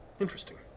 interesting